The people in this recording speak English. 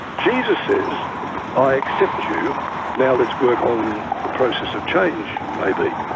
jesus says i accept you now let's work on the process of change maybe.